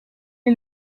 est